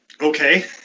okay